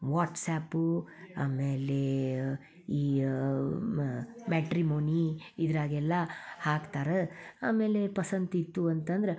WhatsApp ಆಮೇಲೆ ಈ matrimony ಇದರಾಗೆಲ್ಲ ಹಾಕ್ತಾರೆ ಆಮೇಲೆ ಪಸಂದ್ ಇತ್ತು ಅಂತಂದ್ರೆ